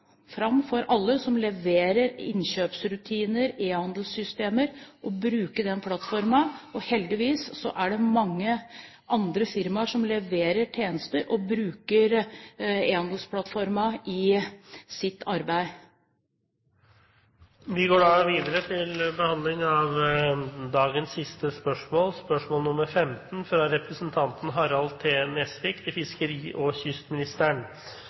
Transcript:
fram for alle som leverer innkjøpsrutiner og e-handelssystemer, å bruke den plattformen. Heldigvis er et mange andre firmaer som leverer tjenester og bruker Ehandelsplattformen i sitt arbeid. Dette spørsmålet, fra representanten Harald T. Nesvik til fiskeri- og kystministeren, vil bli besvart av fornyings-, administrasjons- og kirkeministeren på vegne av fiskeri- og kystministeren.